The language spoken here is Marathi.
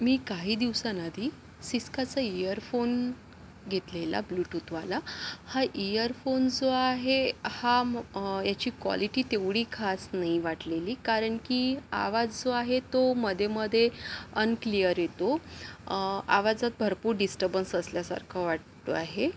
मी काही दिवसां आधी सिस्काचं ईयरफोन घेतलेला ब्ल्युटूथवाला हा ईयरफोन जो आहे हा ह्याची क्वालिटी तेवढी खास नाही वाटलेली कारण की आवाज जो आहे तो मध्ये मध्ये अनक्लियर येतो आवाजात भरपूर डिस्टर्बंस असल्यासारखं वाटतो आहे